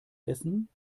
essen